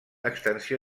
extensió